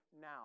now